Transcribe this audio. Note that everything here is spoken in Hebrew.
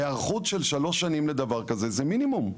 היערכות של שלוש שנים לדבר כזה זה מינימום.